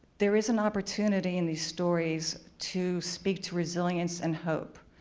there is an opportunity in these stories to speak to resilience and hope.